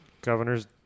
governor's